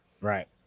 Right